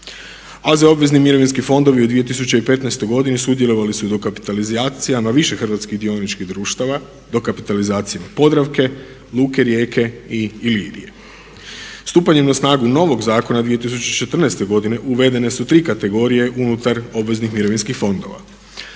AZ obvezni mirovinski fondovi u 2015. godini sudjelovali su u dokapitalizacijama u više hrvatskih dioničkih društava. Dokapitalizacijama od Podravke, luke Rijeke i Ilirije. Stupanjem na snagu novog zakona 2014. godine uvedene su tri kategorije unutar obveznih mirovinskih fondova.